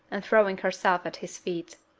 and throwing herself at his feet.